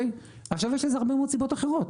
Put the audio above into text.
יש לזה הרבה מאוד סיבות אחרות.